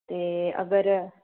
ते अगर